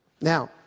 Now